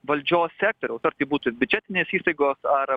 valdžios sektoriaus ar tai būtų biudžetinės įstaigos ar